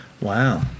Wow